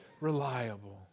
reliable